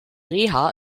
reha